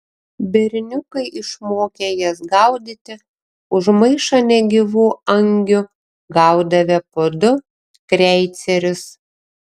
berniukai išmokę jas gaudyti už maišą negyvų angių gaudavę po du kreicerius